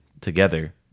together